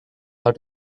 how